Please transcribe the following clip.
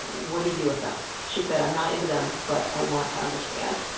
what do you do with them? she said, i'm not into them, but i want to understand.